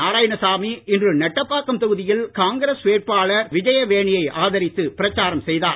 நாராயணசாமி இன்று நெட்டப்பாக்கம் தொகுதியில் காங்கிரஸ் வேட்பாளர் விஜயவேணியை ஆதரித்து பிரசாரம் செய்தார்